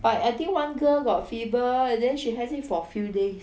but I think one girl got fever and then she has it for few days